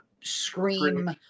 scream